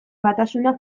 batasuna